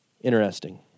interesting